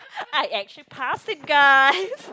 I actually passed it guys